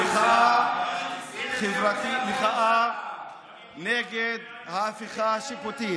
מחאה חברתית נגד ההפיכה המשפטית,